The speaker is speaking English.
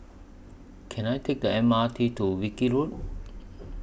Can I Take The M R T to Wilkie Road